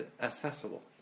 accessible